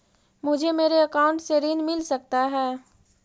मुझे मेरे अकाउंट से ऋण मिल सकता है?